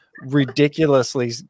ridiculously